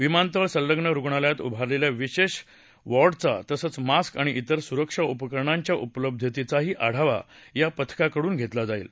विमानतळ संलग्न रुग्णायलयात उभारलेल्या विशेष वॉर्डचा तसंच मास्क आणि तिर सुरक्षा उपकरणांच्या उपलब्धतेचाही आढावा या पथकाकडून घेतला जाईल